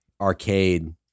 arcade